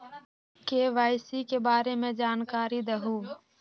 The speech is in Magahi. के.वाई.सी के बारे में जानकारी दहु?